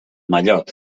mallot